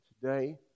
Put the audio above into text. Today